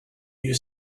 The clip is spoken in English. you